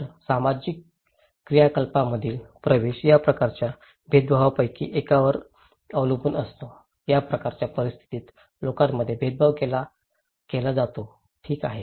तर सामाजिक क्रियाकलापांमधील प्रवेश या प्रकारच्या भेदभावांपैकी एकावर अवलंबून असतो या प्रकारच्या परिस्थितीत लोकांमध्ये भेदभाव केला जातो ठीक आहे